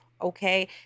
Okay